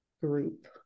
group